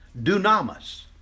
Dunamas